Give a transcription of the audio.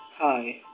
Hi